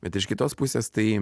bet iš kitos pusės tai